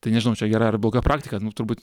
tai nežinau čia gera ar bloga praktika nu turbūt